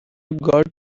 got